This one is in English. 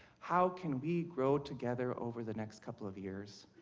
how can we grow together over the next couple of years?